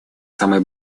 самое